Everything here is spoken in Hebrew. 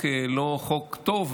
לא חוק טוב,